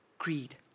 greed